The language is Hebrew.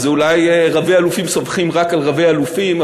אז אולי רבי-אלופים סומכים רק על רבי-אלופים,